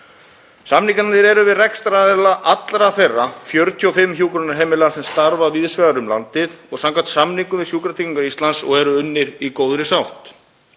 Samningarnir eru við rekstraraðila allra þeirra 45 hjúkrunarheimilanna sem starfa víðs vegar um landið samkvæmt samningum við Sjúkratryggingar Íslands og eru unnir í góðri sátt.